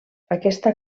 aquesta